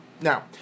Now